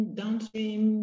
downstream